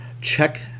Check